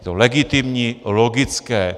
Je to legitimní, logické.